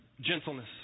gentleness